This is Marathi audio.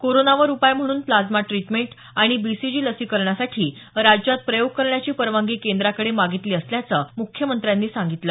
कोरोनावर उपाय म्हणून प्लाज्मा ट्रीटमेंट बीसीजी लसीकरणसाठी राज्यात प्रयोग करण्याची परवानगी केंद्राकडे मागितली असल्याचं मुख्यमंत्र्यांनी सांगितलं